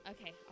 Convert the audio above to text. okay